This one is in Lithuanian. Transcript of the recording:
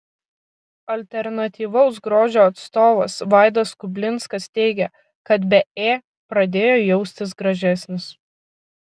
alternatyvaus grožio atstovas vaidas kublinskas teigia kad be ė pradėjo jaustis gražesnis